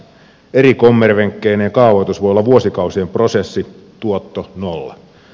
eri kommervenkkeineen kaavoitus voi olla vuosikausien prosessi tuotto nolla